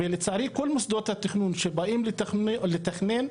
ולצערי כל מוסדות התכנון שבאו ושבאים לתכנן,